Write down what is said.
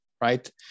right